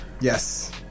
yes